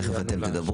תכף אתם תדברו.